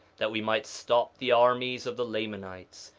that we might stop the armies of the lamanites,